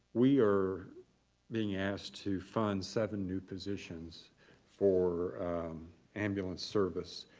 we are being asked to fund seven new positions for ambulance service.